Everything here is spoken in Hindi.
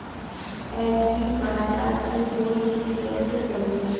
एग्रीबाजार से कोई चीज केसे खरीदें?